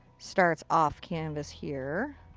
starts off canvas here.